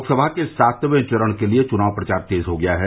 लोकसभा के सातवें चरण के लिये चुनाव प्रचार तेज हो गया है